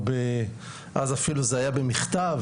או באז אפילו זה היה במכתב,